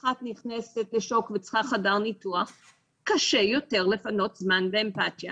אחת נכנסת לשוק וצריכה חדר ניתוח וקשה יותר לפנות זמן ואמפתיה